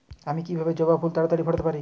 আমি কিভাবে জবা ফুল তাড়াতাড়ি ফোটাতে পারি?